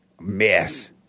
mess